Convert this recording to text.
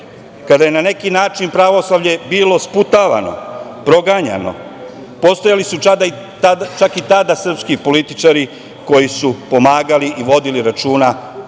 kada je na neki način pravoslavlje bilo sputavano, proganjano, postojali su čak i tada srpski političari koji su pomagali i vodili računa ne